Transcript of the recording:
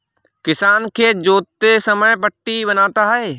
किसान खेत जोतते समय पट्टी बनाता है